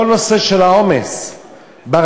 כל הנושא של העומס ברכבת,